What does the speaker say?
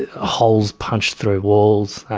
ah holes punched through walls,